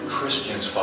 Christians